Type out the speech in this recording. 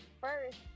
First